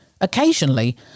Occasionally